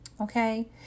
Okay